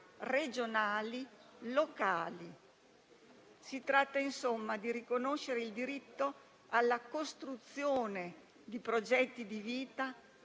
regionali, locali. Si tratta, insomma, di riconoscere il diritto alla costruzione di progetti di vita